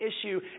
issue